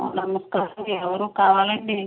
నమస్కారం ఎవరు కావాలండి